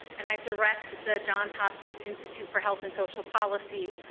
and i direct the johns hopkins institute for health and social policy.